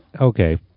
Okay